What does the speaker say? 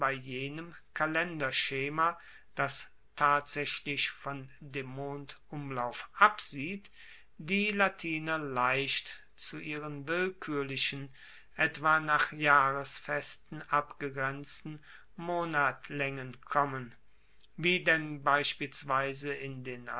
jenem kalenderschema das tatsaechlich von dem mondumlauf absieht die latiner leicht zu ihren willkuerlichen etwa nach jahrfesten abgegrenzten monatlaengen kommen wie denn beispielsweise in den